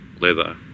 leather